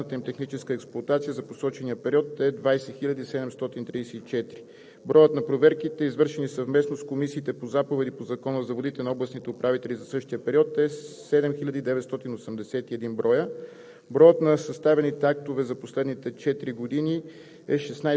проверките на язовирите по техническата документация по безопасната им техническа експлоатация за посочения период е 20 734. Броят на проверките, извършени съвместно с комисиите по заповеди по Закона за водите на областните управители, за същия период е 7981 броя.